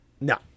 No